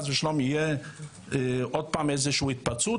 תהיה עוד פעם התפרצות,